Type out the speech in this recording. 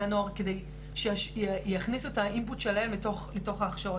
הנוער כדי שיכניסו את התכנים שלהם לתוך ההכשרות.